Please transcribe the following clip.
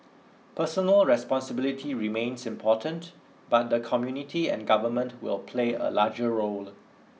personal responsibility remains important but the community and government will play a larger role